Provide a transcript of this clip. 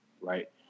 right